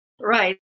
Right